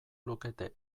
lukete